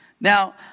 Now